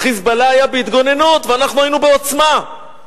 ה"חיזבאללה" היה בהתגוננות ואנחנו היינו בעוצמה.